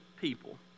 people